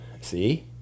see